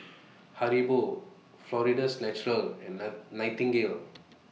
Haribo Florida's Natural and Nightingale